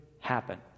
happen